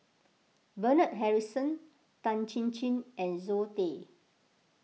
Bernard Harrison Tan Chin Chin and Zoe Tay